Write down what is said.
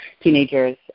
teenagers